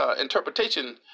interpretation